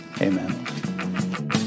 Amen